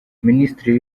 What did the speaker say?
minisiteri